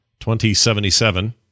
2077